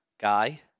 guy